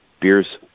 beers